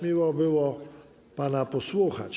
Miło było pana posłuchać.